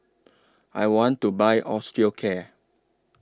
I want to Buy Osteocare